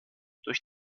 durch